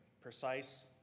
precise